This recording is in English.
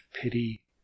pity